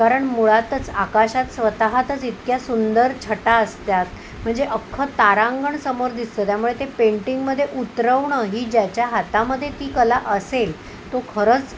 कारण मुळातच आकाशात स्वतःतच इतक्या सुंदर छटा असतात म्हणजे अख्खं तारांगण समोर दिसतं त्यामुळे ते पेंटिंगमध्ये उतरवणं ही ज्याच्या हातामध्ये ती कला असेल तो खरंच